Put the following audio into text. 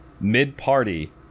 mid-party